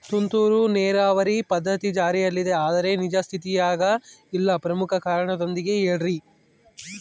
ತುಂತುರು ನೇರಾವರಿ ಪದ್ಧತಿ ಜಾರಿಯಲ್ಲಿದೆ ಆದರೆ ನಿಜ ಸ್ಥಿತಿಯಾಗ ಇಲ್ಲ ಪ್ರಮುಖ ಕಾರಣದೊಂದಿಗೆ ಹೇಳ್ರಿ?